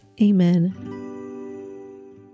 Amen